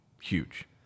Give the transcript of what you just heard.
Huge